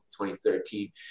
2013